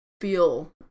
feel